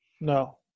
No